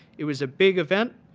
it was a big event.